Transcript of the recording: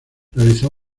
realizó